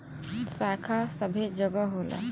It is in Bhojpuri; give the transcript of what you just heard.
शाखा सबै जगह होला